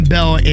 Bell